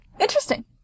Interesting